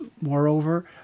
Moreover